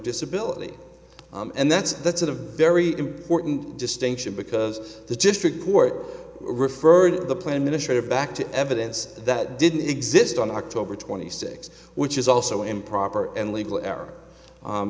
disability and that's that's a very important distinction because the district court referred the plan minister back to evidence that didn't exist on october twenty sixth which is also improper and legal